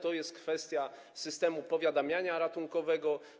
Po pierwsze, kwestia systemu powiadamiania ratunkowego.